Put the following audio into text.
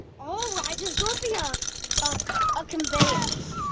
all right, just don't be a um ah conveyance.